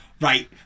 right